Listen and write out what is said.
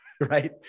right